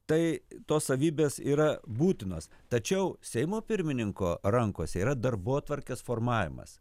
tai tos savybės yra būtinos tačiau seimo pirmininko rankose yra darbotvarkės formavimas